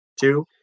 Two